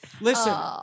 listen